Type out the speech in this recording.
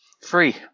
Free